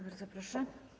Bardzo proszę.